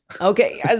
Okay